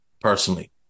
personally